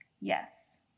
yes